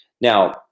Now